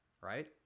right